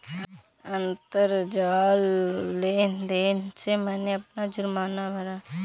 अंतरजाल लेन देन से मैंने अपना जुर्माना भरा